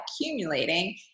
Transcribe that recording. accumulating